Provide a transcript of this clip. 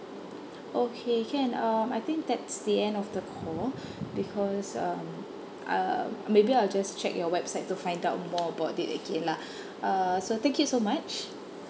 okay can um I think that's the end of the call because um uh maybe I'll just check your website to find out more about it again lah err so thank you so much